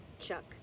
Chuck